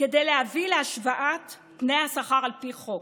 כדי להביא להשוואת תנאי השכר על פי חוק.